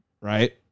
right